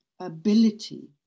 ability